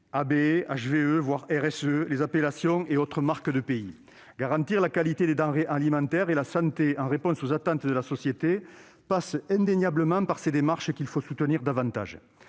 RSEA, sans oublier les appellations et autres marques de pays. Garantir la qualité des denrées alimentaires et la santé en réponse aux attentes de la société passe indéniablement par ces démarches, qu'il faut soutenir davantage.